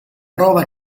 prova